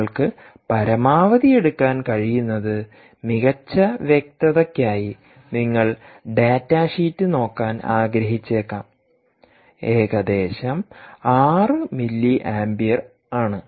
നിങ്ങൾക്ക് പരമാവധി എടുക്കാൻ കഴിയുന്നത് മികച്ച വ്യക്തതയ്ക്കായി നിങ്ങൾ ഡാറ്റാ ഷീറ്റ് നോക്കാൻ ആഗ്രഹിച്ചേക്കാം ഏകദേശം 6 മില്ലി ആമ്പിയർ ആണ്